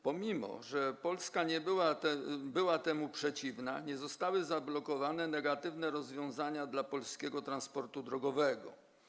Pomimo że Polska była temu przeciwna, nie zostały zablokowane negatywne rozwiązania dla polskiego transportu drogowego.